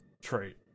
trait